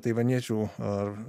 taivaniečių ar